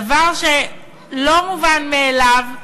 דבר שהוא לא מובן מאליו,